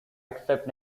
except